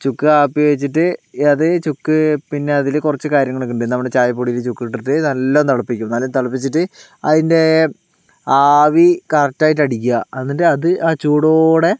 ചുക്ക് കാപ്പി വെച്ചിട്ട് അത് ചുക്ക് പിന്നെ അതിൽ കുറച്ച് കാര്യങ്ങളൊക്കെ ഉണ്ട് നമ്മുടെ ചായപ്പൊടിയിൽ ചുക്ക് ഇട്ടിട്ട് നല്ലോണം തിളപ്പിക്കും നല്ലോണം തിളപ്പിച്ചിട്ട് അതിൻ്റെ ആവി കറക്ടായിട്ട് അടിക്കുക എന്നിട്ട് അത് ആ ചൂടോടെ